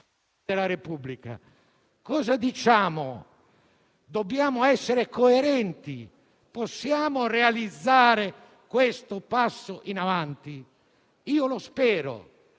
cosa diciamo? Dobbiamo essere coerenti. Possiamo realizzare il passo in avanti? Lo spero